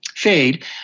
fade